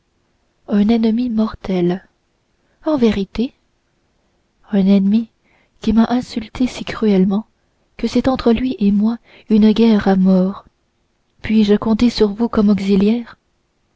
un ennemi mortel en vérité un ennemi qui m'a insultée si cruellement que c'est entre lui et moi une guerre à mort puis-je compter sur vous comme auxiliaire